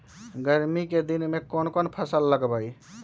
गर्मी के दिन में कौन कौन फसल लगबई?